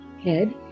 head